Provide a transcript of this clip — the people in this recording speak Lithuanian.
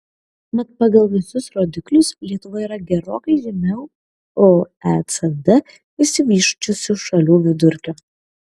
mat pagal visus rodiklius lietuva yra gerokai žemiau oecd išsivysčiusių šalių vidurkio